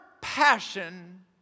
passion